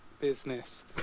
Business